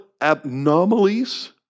abnormalities